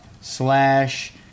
slash